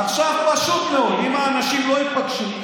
עכשיו פשוט מאוד: אם האנשים לא ייפגשו,